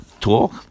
talk